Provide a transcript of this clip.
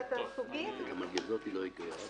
למה היא לא פה?